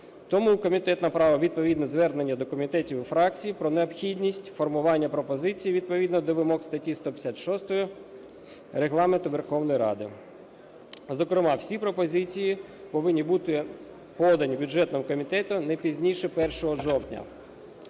Тому комітет направив відповідне звернення до комітетів і фракцій про необхідність формування пропозицій відповідно до вимог статті 156 Регламенту Верховної Ради. Зокрема, всі пропозиції повинні бути подані бюджетному комітету не пізніше 1 жовтня.